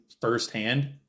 firsthand